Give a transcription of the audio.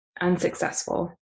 unsuccessful